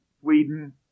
Sweden